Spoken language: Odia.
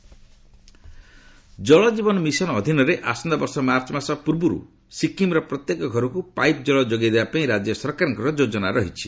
ଜଳଶକ୍ତି ସିକୁମ୍ ଜଳଜୀବନ ମିଶନ ଅଧୀନରେ ଆସନ୍ତାବର୍ଷ ମାର୍ଚ୍ଚ ମାସ ପୂର୍ବର୍ ସିକ୍ରିମ୍ର ପ୍ରତ୍ୟେକ ଘରକ୍ ପାଇପ୍ ଜଳ ଯୋଗାଇ ଦେବାପାଇଁ ରାଜ୍ୟ ସରକାରଙ୍କର ଯୋଜନା ରହିଛି